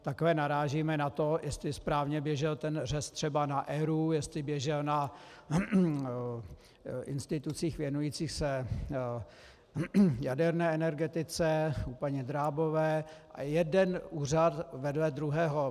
Takhle narážíme na to, jestli správně běžel ten řez třeba na ERÚ, jestli běžel na institucích věnujících se jaderné energetice u paní Drábové, a jeden úřad vedle druhého.